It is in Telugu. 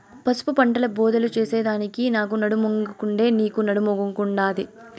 పసుపు పంటల బోదెలు చేసెదానికి నాకు నడుమొంగకుండే, నీకూ నడుమొంగకుండాదే